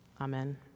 Amen